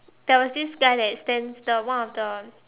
there was this guy that stands the one of the